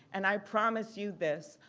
and i promise you this.